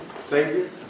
Savior